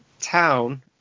town